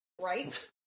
right